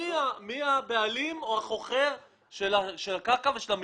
מי הבעלים או החוכר של הקרקע ושל המבנה?